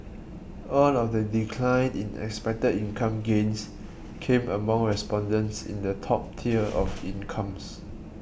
all of the decline in expected income gains came among respondents in the top tier of incomes